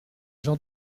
j’en